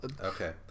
Okay